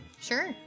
sure